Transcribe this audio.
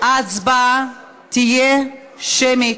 ההצבעה תהיה שמית.